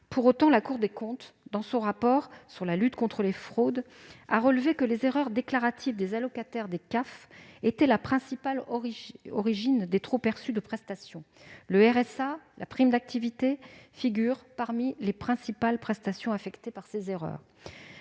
Pour autant, la Cour des comptes, dans son rapport sur la lutte contre les fraudes, a relevé que les erreurs déclaratives des allocataires des caisses d'allocations familiales étaient la principale origine des trop-perçus de prestations. Le RSA et la prime d'activité figurent parmi les principales prestations affectées par ces erreurs.